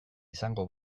izango